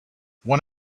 one